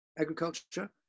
agriculture